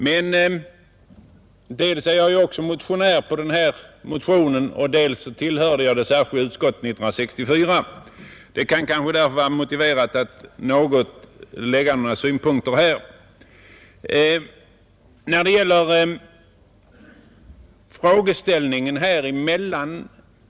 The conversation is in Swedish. Men dels är jag motionär i detta ärende, dels tillhörde jag det särskilda utskottet 1964, och det kan kanske därför vara motiverat att jag anlägger några synpunkter.